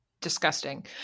disgusting